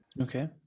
okay